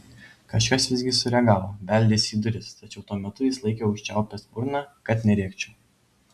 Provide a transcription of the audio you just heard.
kažkas visgi sureagavo beldėsi į duris tačiau tuo metu jis laikė užčiaupęs burną kad nerėkčiau